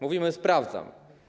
Mówimy: sprawdzam.